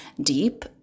deep